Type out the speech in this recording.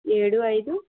ఏడు ఐదు